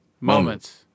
Moments